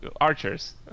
archers